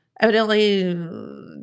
evidently